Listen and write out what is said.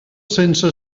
sense